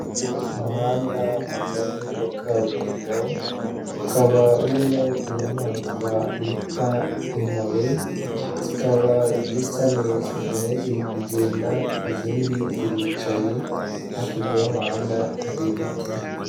Umuhanda mugari wa kaburimbo, ukaba urimo inyamaswa bita inkobe, zikaba zisa neza, zimwe ziri kugenda izindi ziricaye, hakurya y'umuhanda hari ibiti.